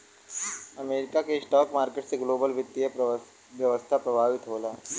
America के stock market से global वित्तीय व्यवस्था प्रभावित होला